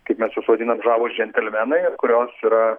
kaip mes juos vadinam žavūs džentelmenai kurios yra